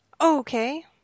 okay